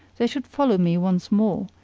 they should follow me once more,